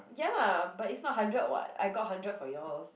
ya but it's not hundred [what] I got hundred for yours